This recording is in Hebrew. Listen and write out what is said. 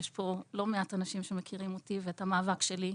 יש פה לא מעט אנשים שמכירים אותי ואת המאבק שלי,